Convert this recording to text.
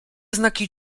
znaki